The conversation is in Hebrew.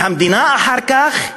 והמדינה, אחר כך,